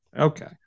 Okay